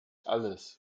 alles